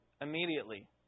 immediately